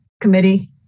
Committee